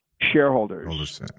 shareholders